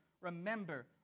remember